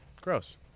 Gross